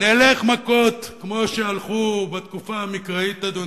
נלך מכות כמו שהלכו בתקופה המקראית, אדוני.